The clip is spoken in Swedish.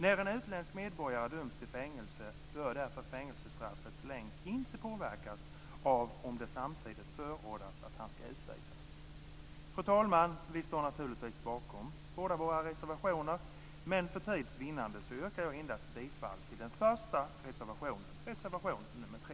När en utländsk medborgare döms till fängelse bör därför fängelsestraffets längd inte påverkas av om det samtidigt förordas att han ska utvisas. Fru talman! Vi står naturligtvis bakom båda våra reservationer. Men för tids vinnande yrkar jag bifall endast till den första reservationen, reservation 3.